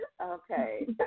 Okay